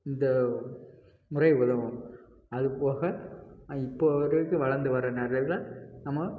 இந்த முறைகளும் அது போக இப்போதைக்கு வளர்ந்து வர நிறைய நம்ம